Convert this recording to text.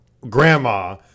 grandma